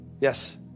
Yes